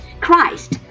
Christ